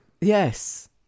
Yes